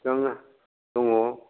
बिसिबां दङ